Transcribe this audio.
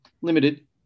limited